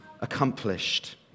accomplished